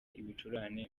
ibicurane